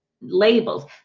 labels